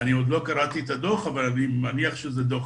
אני עוד לא קראתי את הדוח אבל אני מניח שזה דוח